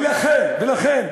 ולכן,